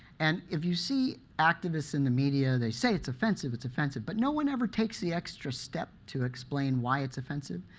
and if you see activists in the media, they say it's offensive, it's offensive. but no one ever takes the extra step to explain why it's offensive.